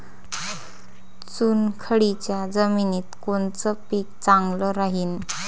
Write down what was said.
चुनखडीच्या जमिनीत कोनचं पीक चांगलं राहीन?